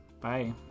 Bye